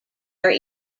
are